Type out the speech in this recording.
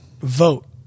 vote